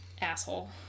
Asshole